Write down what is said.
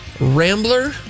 Rambler